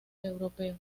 europeo